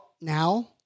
now